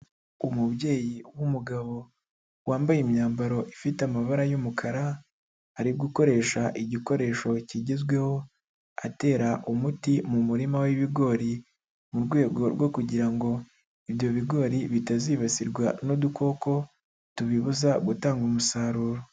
Umubyeyi w'umugabo, wambaye imyambaro ifite amabara y'umukara, ari gukoresha igikoresho kigezweho atera umuti mu murima w'ibigori, mu rwego rwo kugira ngo ibyo bigori bitazibasirwa n'udukoko, tubibuza gutanga umusaruro.